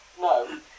No